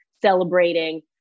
celebrating